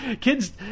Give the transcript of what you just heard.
Kids